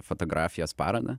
fotografijos parodą